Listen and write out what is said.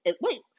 Wait